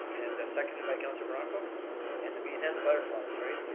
and second by councillor morocco and the bees and the butterflies, right?